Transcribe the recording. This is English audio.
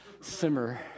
simmer